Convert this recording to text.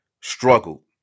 struggled